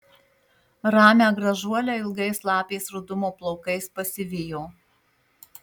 ramią gražuolę ilgais lapės rudumo plaukais pasivijo